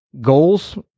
goals